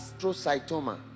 astrocytoma